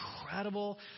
incredible